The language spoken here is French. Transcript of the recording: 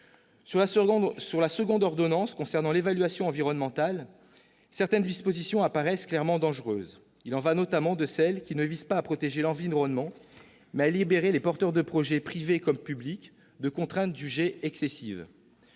de la seconde ordonnance concernant l'évaluation environnementale, certaines de ses dispositions apparaissent clairement dangereuses. Il en va notamment de celles qui visent non pas à protéger l'environnement, mais à libérer les porteurs de projet, privés comme publics, de contraintes jugées excessives.